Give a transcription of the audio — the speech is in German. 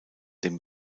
dem